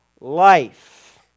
life